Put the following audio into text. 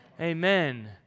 Amen